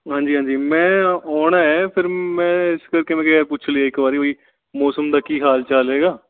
ਹਾਂਜੀ ਹਾਂਜੀ ਮੈਂ ਆਉਣਾ ਫਿਰ ਮੈਂ ਇਸ ਕਰਕੇ ਮੈਂ ਕਿਹਾ ਯਾਰ ਪੁੱਛ ਲਈਏ ਇੱਕ ਵਾਰ ਬਈ ਮੌਸਮ ਦਾ ਕੀ ਹਾਲ ਚਾਲ ਹੈਗਾ